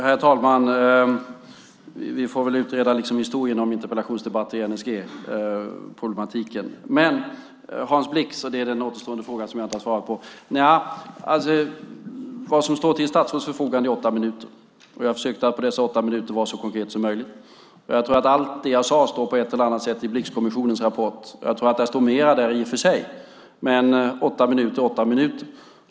Herr talman! Vi får väl utreda historien om interpellationsdebatter i fråga om NSG-problematiken. Frågan om Hans Blix är den fråga som jag inte har svarat på. Vad som står till ett statsråds förfogande här är åtta minuter. Jag försökte att på dessa åtta minuter vara så konkret som möjligt. Jag tror att allt det jag sade på ett eller annat sätt står i Blixkommissionens rapport. I och för sig tror jag att där står mer, men åtta minuter är åtta minuter.